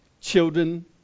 children